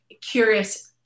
curious